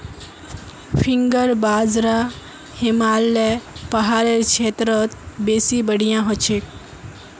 finger बाजरा हिमालय पहाड़ेर क्षेत्रत बेसी बढ़िया हछेक